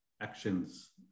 actions